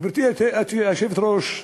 גברתי היושבת-ראש,